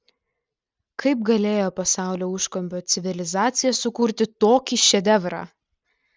kaip galėjo pasaulio užkampio civilizacija sukurti tokį šedevrą